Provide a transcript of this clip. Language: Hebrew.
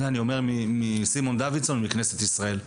את זה אומר סימון דוידסון מכנסת ישראל.